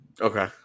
Okay